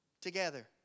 together